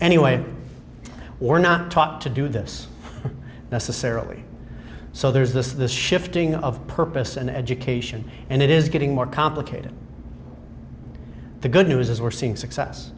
anyway were not taught to do this necessarily so there's this this shifting of purpose and education and it is getting more complicated the good news is we're seeing success